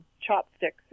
chopsticks